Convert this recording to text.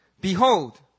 Behold